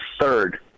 third